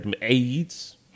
AIDS